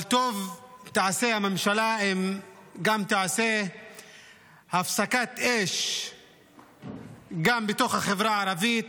אבל טוב תעשה הממשלה אם תעשה הפסקת אש גם בתוך החברה הערבית,